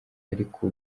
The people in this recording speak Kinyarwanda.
ariko